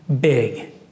big